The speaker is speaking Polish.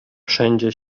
wszędzie